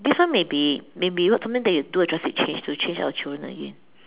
this one maybe maybe what something that you do a drastic change to change our children again